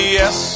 yes